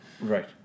right